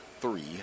three